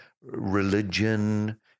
religion